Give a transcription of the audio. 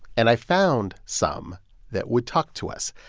and i found some that would talk to us.